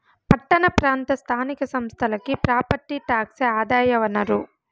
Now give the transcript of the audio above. పట్టణ ప్రాంత స్థానిక సంస్థలకి ప్రాపర్టీ టాక్సే ఆదాయ వనరు